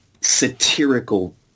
satirical